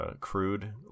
crude